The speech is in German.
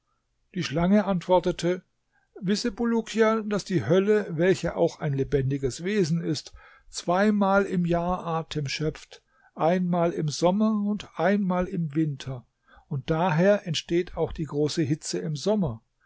die schlange antwortete wisse bulukia daß die hölle welche auch ein lebendiges wesen ist zweimal im jahr atem schöpft einmal im sommer und einmal im winter und daher entsteht auch die große hitze im sommer